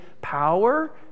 power